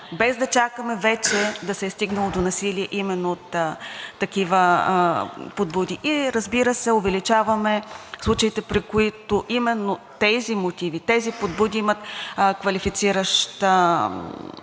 без да чакаме вече да се е стигнало до насилие именно от такива подбуди. И разбира се, увеличаваме случаите, при които именно тези мотиви, тези подбуди имат квалифициращ